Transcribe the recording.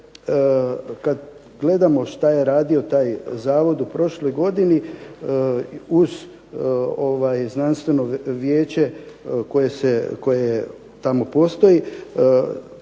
kada gledamo što je radio taj zavod u prošloj godini uz znanstveno vijeće koje je tamo postoji